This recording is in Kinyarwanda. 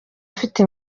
afite